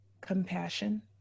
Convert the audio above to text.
Compassion